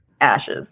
ashes